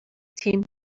team